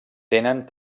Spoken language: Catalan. tenen